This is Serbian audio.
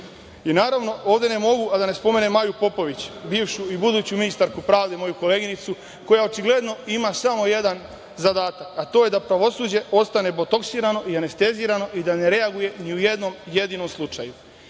nema. Naravno, ovde ne mogu a da ne spomenem Maju Popović, bivšu i buduću ministarku pravde, moju koleginicu, koja očigledno ima samo jedan zadatak, a to je da pravosuđe ostane botoksirano i anestezirano i da ne reaguje ni u jednom jedinom slučaju. Na